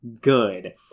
good